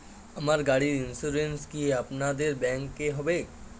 আমার গাড়ির ইন্সুরেন্স কি আপনাদের ব্যাংক এ হবে?